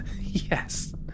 Yes